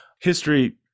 History